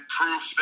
proof